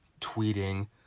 tweeting